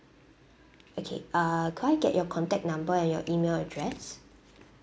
okay uh could I get your contact number and your email address